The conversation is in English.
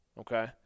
okay